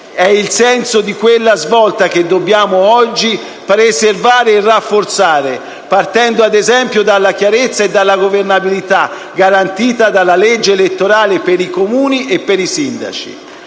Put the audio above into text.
È il senso di quella svolta che dobbiamo oggi preservare e rafforzare, partendo, ad esempio, dalla chiarezza e dalla governabilità garantita dalla legge elettorale per i Comuni e per i sindaci.